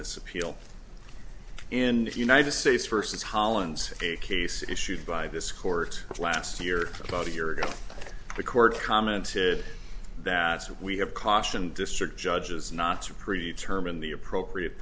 this appeal in the united states versus holland's case issued by this court last year about a year ago the court commented that we have cautioned district judges knots or pre term in the appropriate